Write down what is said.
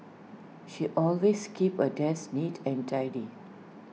she always keeps her desk neat and tidy